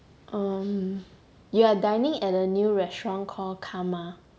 um you are dining at a new restaurant called karma